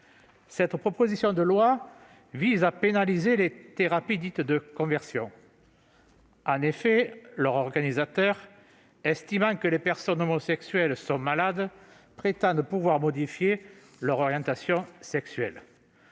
Cette proposition de loi vise à pénaliser les thérapies dites « de conversion ». En effet, leurs organisateurs, estimant que les personnes homosexuelles sont malades, prétendent pouvoir modifier leur orientation sexuelle.